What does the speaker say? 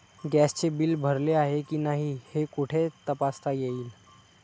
गॅसचे बिल भरले आहे की नाही हे कुठे तपासता येईल?